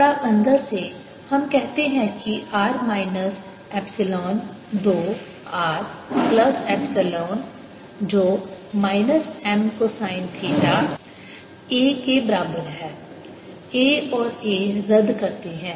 थोड़ा अंदर से हम कहते हैं कि r minus epsilon 2 r plus epsilon जो minus M cosine theta a के बराबर है a और a रद्द करते हैं